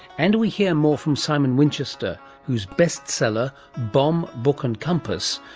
and we hear more from simon winchester, whose bestseller, bomb, book and compass,